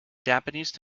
japanese